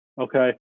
Okay